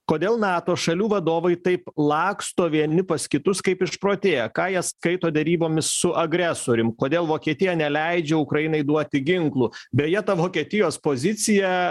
kodėl nato šalių vadovai taip laksto vieni pas kitus kaip išprotėję ką jie skaito derybomis su agresorium kodėl vokietija neleidžia ukrainai duoti ginklų beje ta vokietijos pozicija